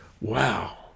Wow